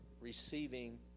receiving